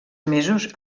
mesos